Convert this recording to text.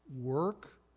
work